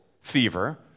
fever